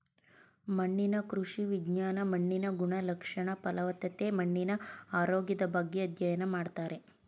ಮಣ್ಣಿನ ಕೃಷಿ ವಿಜ್ಞಾನ ಮಣ್ಣಿನ ಗುಣಲಕ್ಷಣ, ಫಲವತ್ತತೆ, ಮಣ್ಣಿನ ಆರೋಗ್ಯದ ಬಗ್ಗೆ ಅಧ್ಯಯನ ಮಾಡ್ತಾರೆ